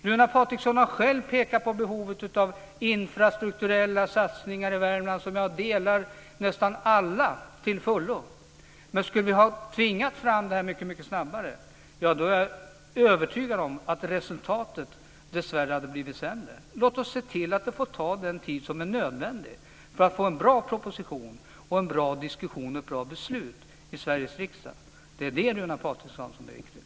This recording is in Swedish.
Runar Patriksson har själv pekat på behovet av infrastrukturella satsningar i Värmland. Jag delar nästan alla hans uppfattningar om det till fullo. Men skulle vi ha tvingat fram detta mycket snabbare är jag övertygad om att resultatet dessvärre hade blivit sämre. Låt oss se till att det får ta den tid som är nödvändig för att få en bra proposition, en bra diskussion och ett bra beslut i Sveriges riksdag. Det är det, Runar Patriksson, som är viktigt.